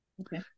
okay